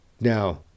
Now